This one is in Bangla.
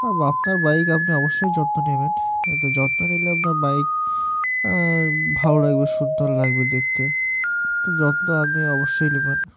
আর আপনার বাইক আপনি অবশ্যই যত্ন নেবেন তো যত্ন নিলে আপনার বাইক ভালো লাগবে সুন্দর লাগবে দেখতে তো যত্ন আপনি অবশ্যই নেবেন